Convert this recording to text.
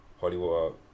Hollywood